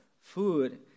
food